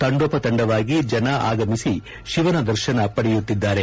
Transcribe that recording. ತಂಡೋಪತಂಡವಾಗಿ ಜನ ಆಗಮಿಸಿ ಶಿವನ ದರ್ಶನ ಪಡೆಯುತ್ತಿದ್ದಾರೆ